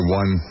one